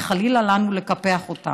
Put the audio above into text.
וחלילה לנו לקפח אותם.